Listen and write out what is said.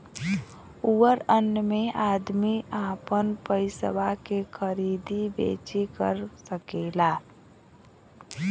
अउर अन्य मे अदमी आपन पइसवा के खरीदी बेची कर सकेला